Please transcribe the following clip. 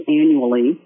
annually